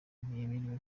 ntiyemerewe